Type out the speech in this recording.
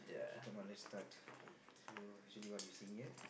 okay come on let's start okay so usually what you seeing here